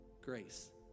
Grace